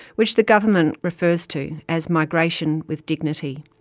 which the government refers to as migration with dignity.